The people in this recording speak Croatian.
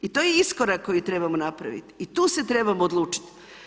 I to je iskorak koji trebamo napraviti i tu se trebamo odlučiti.